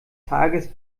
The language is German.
tages